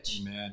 Amen